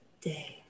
day